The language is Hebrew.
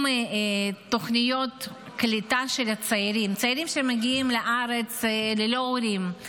תוכניות קליטה של צעירים שמגיעים לארץ ללא הורים.